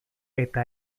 eta